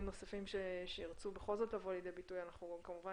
נוספים שירצו בכל זאת לבוא לידי ביטוי כמובן